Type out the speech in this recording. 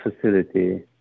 facility